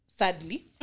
Sadly